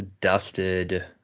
dusted